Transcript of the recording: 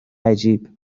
عجیبه